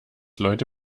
leute